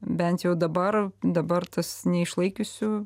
bent jau dabar dabar tas neišlaikiusių